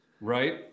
Right